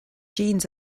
jeans